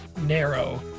narrow